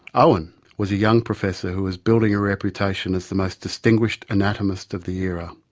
owen was a young professor who was building a reputation as the most distinguished anatomist of the era.